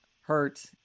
hurt